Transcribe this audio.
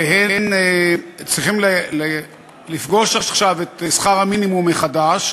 והם צריכים לפגוש עכשיו את שכר המינימום מחדש.